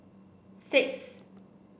six